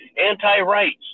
anti-rights